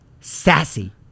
sassy